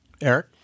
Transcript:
Eric